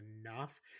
enough